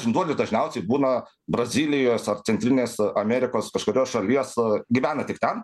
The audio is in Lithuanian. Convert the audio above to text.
žinduolių dažniausiai būna brazilijos ar centrinės amerikos kažkurios šalies gyvena tik ten